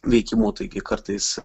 veikimu taigi kartais